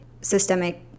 systemic